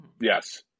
yes